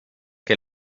que